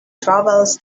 travels